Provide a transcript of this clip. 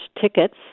tickets